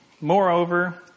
Moreover